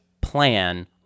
plan